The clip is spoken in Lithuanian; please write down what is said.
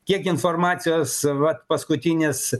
kiek informacijos vat paskutinis